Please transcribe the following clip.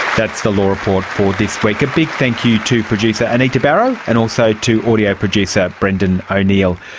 that's the law report for this week. a big thank you to producer anita barraud, and also to audio producer brendan o'neill.